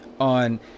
on